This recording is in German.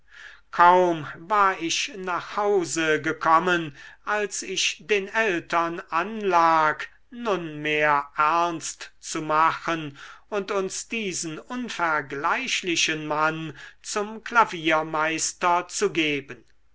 kaum war ich nach hause gekommen als ich den eltern anlag nunmehr ernst zu machen und uns diesen unvergleichlichen mann zum klaviermeister zu geben